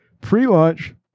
pre-launch